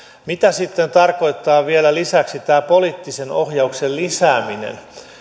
mitä sitten tarkoittaa vielä lisäksi tämä poliittisen ohjauksen lisääminen